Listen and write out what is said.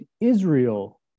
Israel